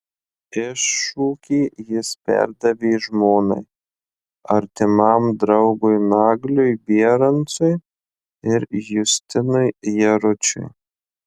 iššūkį jis perdavė žmonai artimam draugui nagliui bierancui ir justinui jaručiui